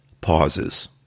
Pauses